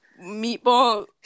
meatball